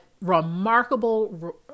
remarkable